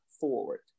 forward